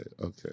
okay